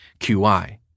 QI